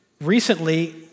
Recently